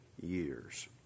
years